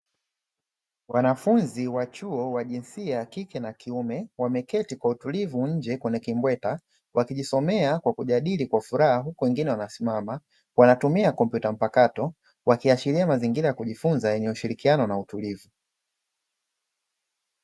Wanafunzi wa chuo wa jinsia ya kike na kiume wameketi kwa utulivu nje kwenye kimbweta ,wakijisomea kwa kujadili kwa furaha huku wengine wanasimama, wanatumia kompyuta mpakato wakiashiria mazingira ya kujifunza yenye ushirikiano na utulivu.